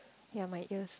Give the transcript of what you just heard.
ya my ears